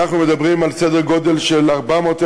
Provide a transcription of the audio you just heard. אנחנו מדברים על סדר גודל של 400,000